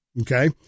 Okay